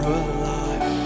alive